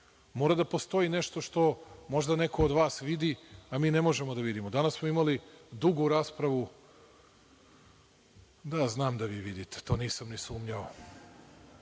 Mora da postoji nešto što neko od vas vidi, a mi ne možemo da vidimo. Danas smo imali dugu raspravu…Znam da vi vidite, nisam ni sumnjao.